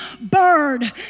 bird